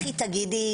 לכי תגידי.